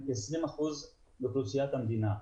כ-20 אחוזים מאוכלוסיית תושבי המדינה.